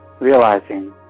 Realizing